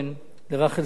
לרחל סמואל,